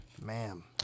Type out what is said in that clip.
Ma'am